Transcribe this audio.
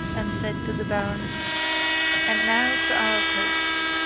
and said to the baron and now, to our post.